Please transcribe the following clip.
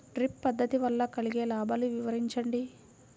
Drip పద్దతి వల్ల కలిగే లాభాలు వివరించండి?